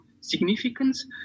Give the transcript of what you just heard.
significance